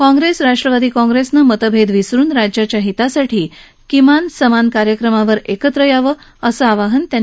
काँप्रेस राष्ट्रवादी काँप्रेसनं मतभेद विसरून राज्याच्या हितासाठी समान किमान कार्यक्रमावर एकत्र यावं असं आवाहनही त्यांनी यावेळी केलं